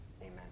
Amen